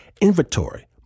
inventory